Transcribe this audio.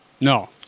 No